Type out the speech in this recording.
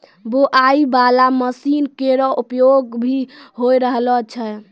बोआई बाला मसीन केरो प्रयोग भी होय रहलो छै